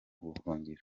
buhungiro